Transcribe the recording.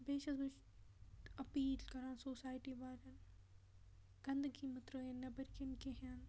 بیٚیہِ چھس بہٕ اپیٖل کَران سوسایٹی والٮ۪ن گَندگی مہٕ ترٲیِن نیٚبٕرۍ کِن کِہیٖنۍ